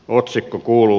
otsikko kuuluu